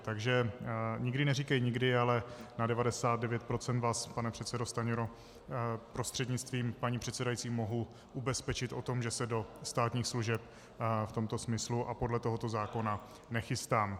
Takže nikdy neříkej nikdy, ale na 99 % vás, pane předsedo Stanjuro prostřednictvím paní předsedající, mohu ubezpečit, že se do státních služeb v tomto smyslu a podle tohoto zákona nechystám.